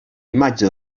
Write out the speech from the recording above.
imatge